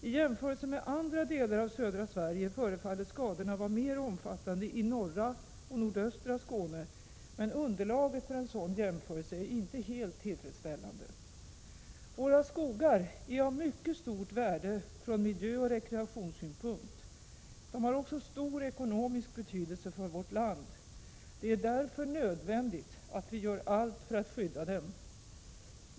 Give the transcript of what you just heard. I jämförelse med andra delar av södra Sverige förefaller skadorna vara mera omfattande i norra och nordöstra Skåne, men underlaget för en sådan jämförelse är inte helt tillfredsställande. Våra skogar är av mycket stort värde från både miljöoch rekreationssynpunkt. De har också stor ekonomisk betydelse för vårt land. Det är därför nödvändigt att vi gör allt för att skydda dem.